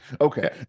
Okay